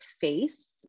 face